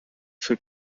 for